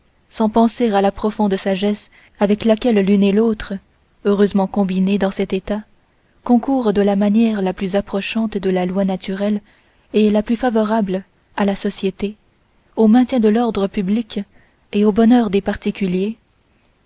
sans penser à la profonde sagesse avec laquelle l'une et l'autre heureusement combinées dans cet état concourent de la manière la plus approchante de la loi naturelle et la plus favorable à la société au maintien de l'ordre public et au bonheur des particuliers